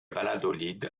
valladolid